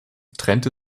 trennte